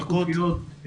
הלאומית.